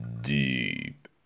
Deep